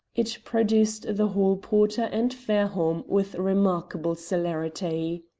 it produced the hall-porter and fairholme with remarkable celerity.